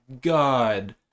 god